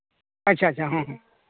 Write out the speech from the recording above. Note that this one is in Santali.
ᱟᱪᱪᱷᱟ ᱟᱪᱪᱷᱟ ᱦᱚᱸ